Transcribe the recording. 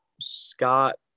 Scott